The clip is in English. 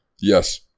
Yes